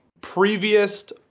previous